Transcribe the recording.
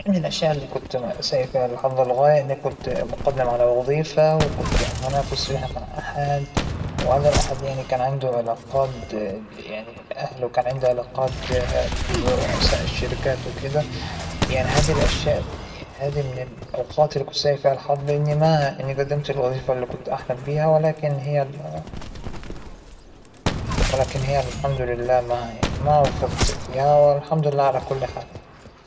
والله إنها مواد كثير، مو بمادة واحدة، أنا تعجبنى كل المواد العلمية، الفيزيا والكميا والأحياء والرياضيات، أنا كنت أصلا أحب هذى الشغلات، متقنتها الحمد لله ونجحت فيها، اا- ليش حبيتها هكذا أظن إن دماغى شوى علمية، مانى أهوى الحفظ، لا أهوى الاكتشاف، وأهوى هاى الشغلات.